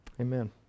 Amen